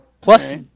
Plus